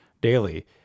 daily